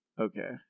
Okay